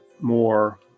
more